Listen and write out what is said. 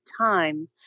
time